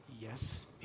Yes